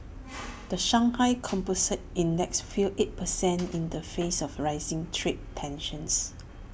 the Shanghai composite index fell eight percent in the face of rising trade tensions